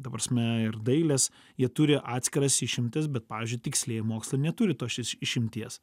ta prasme ir dailės jie turi atskiras išimtis bet pavyzdžiui tikslieji mokslai neturi tos išimties